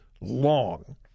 long